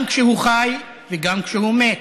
גם כשהוא חי וגם כשהוא מת,